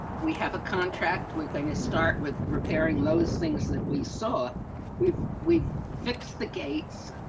we have a contract with thing is start with repairing lowest things that we saw we've we've fixed the gates.